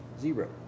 zero